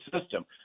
system